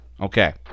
Okay